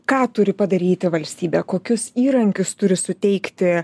ką turi padaryti valstybė kokius įrankius turi suteikti